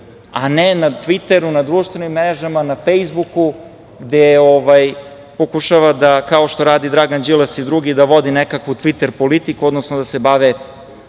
a ne na „Tviteru“, na društvenim mrežama, na „Fejsbuku“ gde pokušava da, kao što radi Dragan Đilas i drugi, da vodi nekakvu „Tviter“ politiku, odnosno da se bave